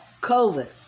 COVID